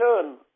turn